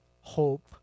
hope